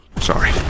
Sorry